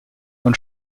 und